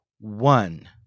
one